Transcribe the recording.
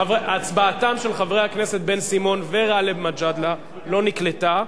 הצבעתם של חברי הכנסת בן-סימון וגאלב מג'אדלה לא נקלטה,